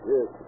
Yes